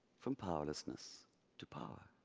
from powerlessness to power.